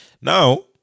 Now